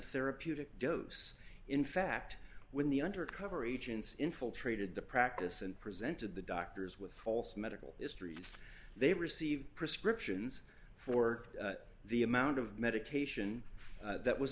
therapeutic dose in fact when the undercover agents infiltrated the practice and presented the doctors with false medical histories they received prescriptions for the amount of medication that was